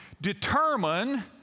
determine